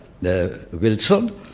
Wilson